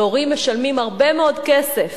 והורים משלמים הרבה מאוד כסף